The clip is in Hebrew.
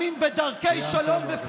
אז מי שלא מאמין בדרכי שלום ופשרה,